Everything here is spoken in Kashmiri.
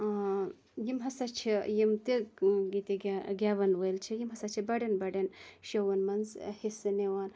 یِم ہَسا چھِ یِم تہِ ییٚتیکۍ گٮ۪وَن وٲلۍ چھِ یِم ہَسا چھِ بَڈٮ۪ن بَڈٮ۪ن شووَن منٛز حِصہِ نِوان